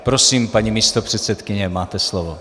Prosím, paní místopředsedkyně, máte slovo.